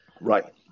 Right